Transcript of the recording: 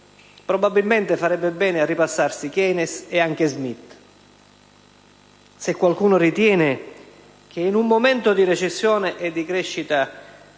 probabilmente farebbe bene a ripassarsi Keynes e anche Smith. Se qualcuno ritiene che in un momento di recessione e di crescita